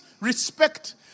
respect